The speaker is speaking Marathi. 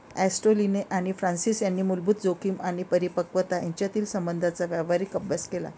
ॲस्टेलिनो आणि फ्रान्सिस यांनी मूलभूत जोखीम आणि परिपक्वता यांच्यातील संबंधांचा व्यावहारिक अभ्यास केला